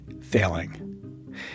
failing